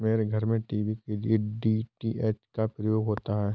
मेरे घर में टीवी के लिए डी.टी.एच का प्रयोग होता है